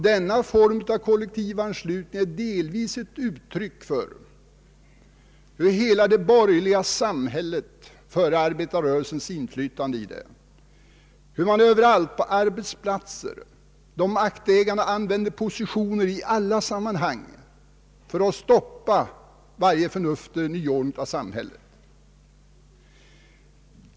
Denna form av kollektivanslutning är delvis ett uttryck för hur hela det borgerliga samhället före arbetarrörelsens inflytande på det utövade tryck på arbetarna genom att de maktägande på arbetsplatserna använde sina positioner i alla sammanhang för att stoppa varje förnuftig nyordning i samhället.